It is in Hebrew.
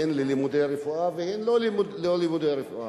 הן ללימודי רפואה והן לא ללימודי רפואה.